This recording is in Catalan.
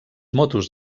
motos